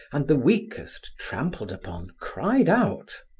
and the weakest, trampled upon, cried out.